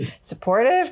supportive